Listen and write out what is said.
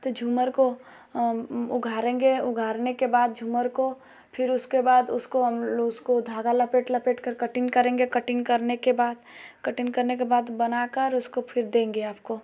तो झूमर को उघाड़ेंगे उघाड़ने के बाद झूमर को फिर उसके बाद उसको हमलोग उसको धागा लपेट लपेटकर कटिन्ग करेंगे कटिन्ग करने के बाद कटिन्ग करने के बाद बनाकर उसको फिर देंगे आपको